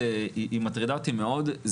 הראשון.